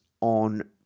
on